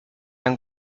han